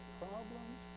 problems